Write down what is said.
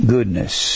Goodness